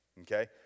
okay